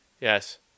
Yes